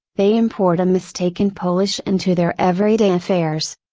they import a mistaken polish into their everyday affairs.